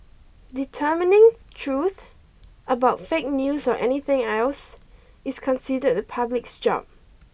determining truth about fake news or anything else is considered the public's job